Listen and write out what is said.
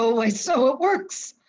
ah why so it works!